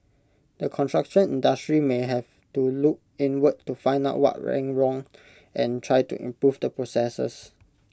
the construction industry may have to look inward to find out what went wrong and try to improve the processes